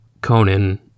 conan